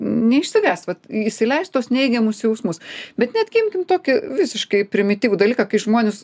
neišsigąst vat įsileist tuos neigiamus jausmus bet netgi imkim tokį visiškai primityvų dalyką kai žmonės